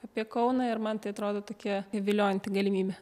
apie kauną ir man tai atrodo tokia viliojanti galimybė